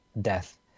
death